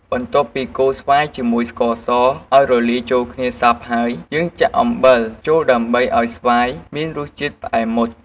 បន្ទាប់ពីកូរស្វាយជាមួយស្ករសឱ្យរលាយចូលគ្នាសព្វហើយ យើងចាក់អំបិលចូលដើម្បីឱ្យស្វាយមានរសជាតិផ្អែមមុត។